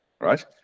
right